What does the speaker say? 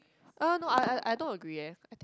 uh no I I I don't agree eh I think